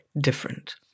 different